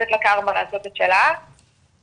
לתת לקארמה לעשות את שלה וזהו,